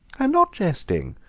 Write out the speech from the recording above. i'm not jesting,